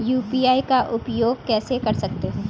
UPI का उपयोग कैसे कर सकते हैं?